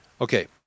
Okay